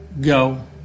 go